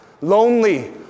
lonely